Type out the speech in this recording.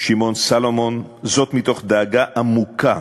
שמעון סולומון, מתוך דאגה עמוקה